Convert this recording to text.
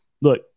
look